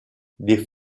des